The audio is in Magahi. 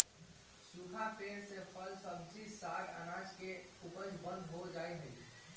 सूखा पेड़ से फल, सब्जी, साग, अनाज के उपज बंद हो जा हई